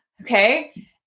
okay